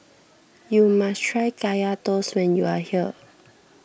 you must try Kaya Toast when you are here